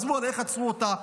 עזבו איך עצרו אותה,